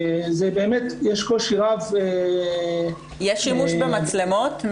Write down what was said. יש קושי רב --- יש שימוש במצלמות?